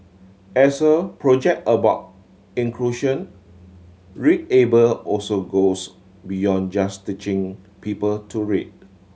as a project about inclusion readable also goes beyond just teaching people to read